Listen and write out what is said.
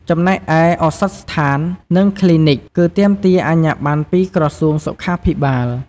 ចំណែកឯ ឱសថស្ថាន និងគ្លីនិក គឺទាមទារអាជ្ញាប័ណ្ណពីក្រសួងសុខាភិបាល។